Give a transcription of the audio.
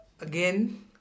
again